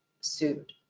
sued